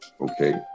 okay